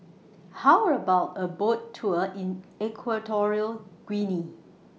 How about A Boat Tour in Equatorial Guinea